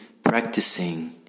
practicing